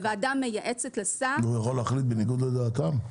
הוועדה מייעצת לשר --- והוא יכול להחליט בניגוד לדעתם?